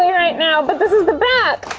right now but this is the back.